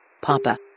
Papa